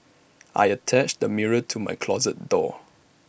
I attached A mirror to my closet door